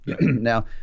Now